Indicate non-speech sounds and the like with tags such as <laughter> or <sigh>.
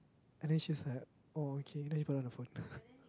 and then she's like oh okay then she put down the phone <breath>